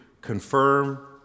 confirm